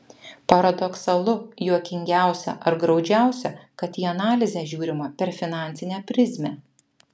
paradoksalu juokingiausia ar graudžiausia kad į analizę žiūrima per finansinę prizmę